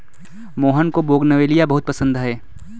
मोहन को बोगनवेलिया बहुत पसंद है